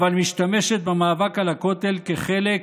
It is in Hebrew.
אבל משתמשת במאבק על הכותל כחלק